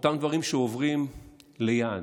אותם דברים שעוברים ליד,